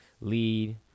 lead